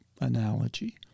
analogy